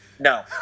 no